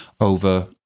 over